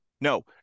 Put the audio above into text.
No